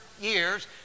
years